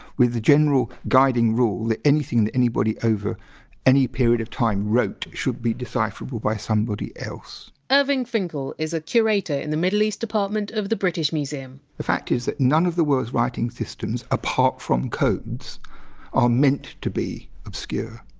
with the general guiding rule that anything that anybody over any period of time wrote should be decipherable by somebody else irving finkel is a curator in the middle east department of the british museum the fact is that none of the world's writing systems apart from codes are meant to be obscure.